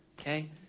Okay